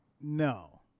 No